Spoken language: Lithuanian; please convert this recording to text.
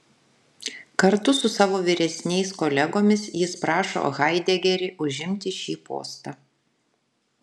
kartu su savo vyresniais kolegomis jis prašo haidegerį užimti šį postą